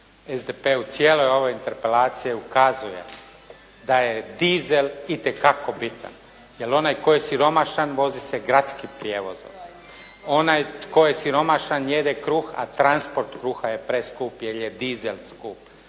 SDP u cijeloj ovoj interpelaciji ukazuje da je dizel itekako bitan, jer onaj tko je siromašan vozi se gradskim prijevozom. Onaj tko je siromašan jede kruh, a transport kruha je preskup jer je dizel skup.